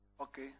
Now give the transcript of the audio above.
Okay